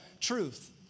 truth